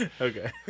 Okay